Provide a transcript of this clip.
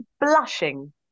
blushing